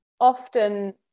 often